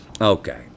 Okay